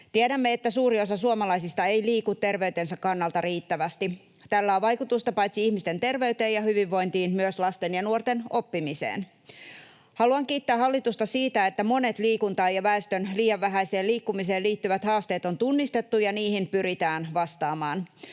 Tiedämme, että suuri osa suomalaisista ei liiku terveytensä kannalta riittävästi. Tällä on vaikutusta paitsi ihmisten terveyteen ja hyvinvointiin myös lasten ja nuorten oppimiseen. Haluan kiittää hallitusta siitä, että monet liikuntaan ja väestön liian vähäiseen liikkumiseen liittyvät haasteet on tunnistettu ja niihin pyritään vastaamaan.